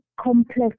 complex